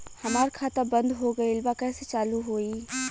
हमार खाता बंद हो गईल बा कैसे चालू होई?